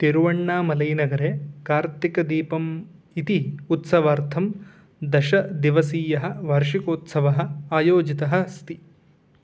तिरुवण्णामलैनगरे कार्तिकदीपम् इति उत्सवार्थं दशदिवसीयः वार्षिकोत्सवः आयोजितः अस्ति